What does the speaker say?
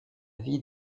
vie